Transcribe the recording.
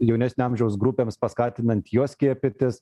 jaunesnio amžiaus grupėms paskatinant juos skiepytis